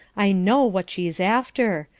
i know what she's after.